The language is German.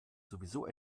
sowieso